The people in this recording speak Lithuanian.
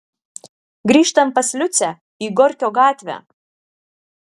grįžtam pas liucę į gorkio gatvę